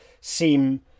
seem